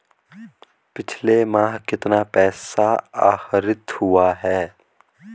पिछले माह कितना पैसा आहरित हुआ है?